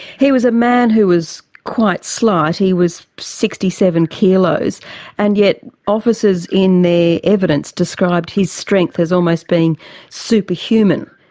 he was a man who was quite slight. he was sixty seven kilos and yet officers in their evidence described his strength as almost being superhuman.